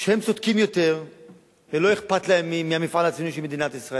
שהם צודקים יותר ולא אכפת להם מהמפעל הציוני של מדינת ישראל.